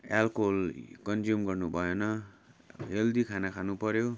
alcohol consume गर्नु भएन healthy खाना खानुपर्यो